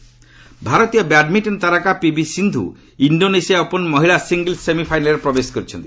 badminton ଭାରତୀୟ badminton ତାରକା PV Sindhu Indonesia open ମହିଳା ସିଙ୍ଗଲ୍ନ ସେମିଫାଇନାଲ୍ରେ ପ୍ରବେଶ କରିଛନ୍ତି